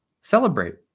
celebrate